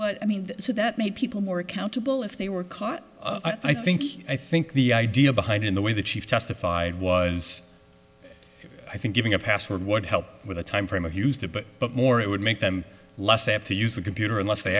what i mean so that made people more accountable if they were caught i think i think the idea behind in the way that she testified was i think giving a password what help with a time frame of used to but more it would make them less apt to use the computer unless they